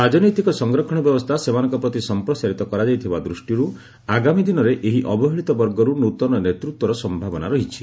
ରାଜନୈତିକ ସଂରକ୍ଷଣ ବ୍ୟବସ୍ଥା ସେମାନଙ୍କ ପ୍ରତି ସଂପ୍ରସାରିତ କରାଯାଇଥିବା ଦୂଷ୍ଟିର୍ ଆଗାମୀ ଦିନରେ ଏହି ଅବହେଳିତ ବର୍ଗରୁ ନୃତନ ନେତୃତ୍ୱର ସମ୍ଭାବନା ରହିଛି